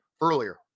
earlier